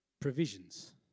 provisions